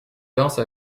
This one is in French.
danse